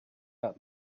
out